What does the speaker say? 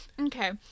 Okay